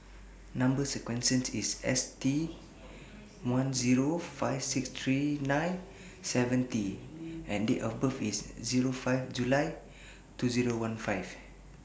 Number sequence IS S one Zero five six three nine seven T and Date of birth IS Zero five July two Zero one five